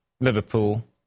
Liverpool